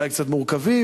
אולי קצת מורכבים,